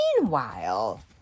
Meanwhile